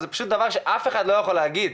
זה דבר שאף אחד לא יכול להגיד.